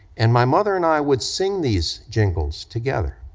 and my mother and i would sing these jingles together,